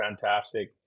fantastic